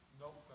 Nope